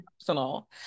personal